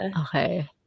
Okay